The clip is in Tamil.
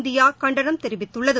இந்தியா கண்டனம் தெரிவித்துள்ளது